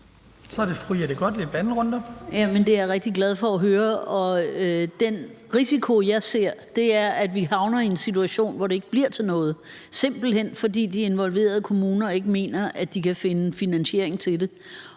Det er jeg rigtig glad for at høre. Den risiko, jeg ser, er, at vi havner i en situation, hvor det ikke bliver til noget, simpelt hen fordi de involverede kommuner ikke mener, at de kan finde finansiering til det.